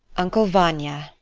uncle vanya,